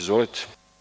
Izvolite.